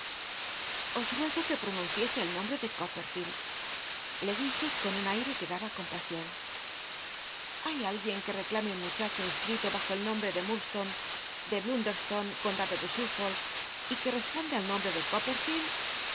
os nrcgo que lll'onuncicis el nombre de copperficld le dije con un aire que tlaba compasion llay alguien que reclame un muchacho inscrito bajo el nombre de murdslone de blunderstone condado de sulfolk y que i'csponde al nombre de copperficld